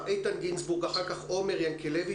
איתן גינזבורג, בבקשה.